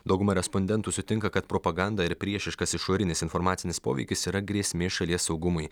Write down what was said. dauguma respondentų sutinka kad propaganda ir priešiškas išorinis informacinis poveikis yra grėsmė šalies saugumui